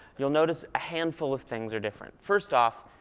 you'll notice a handful of things are different. first off,